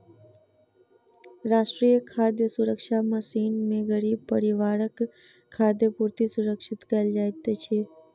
राष्ट्रीय खाद्य सुरक्षा मिशन में गरीब परिवारक खाद्य पूर्ति सुरक्षित कयल जाइत अछि